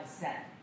set